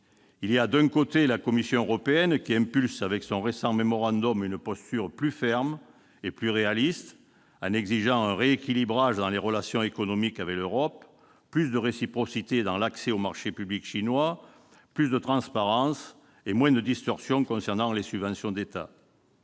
Il y a, d'un côté, la Commission européenne, qui, avec son récent mémorandum, donne une impulsion à une posture plus ferme et plus réaliste, en exigeant un rééquilibrage dans les relations économiques avec l'Europe, plus de réciprocité dans l'accès aux marchés publics chinois, plus de transparence et moins de distorsions concernant les subventions d'État.